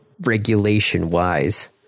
regulation-wise